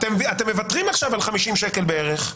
אתם מוותרים עכשיו על 50 שקל בערך.